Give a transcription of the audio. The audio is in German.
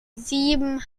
sieben